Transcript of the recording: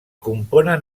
componen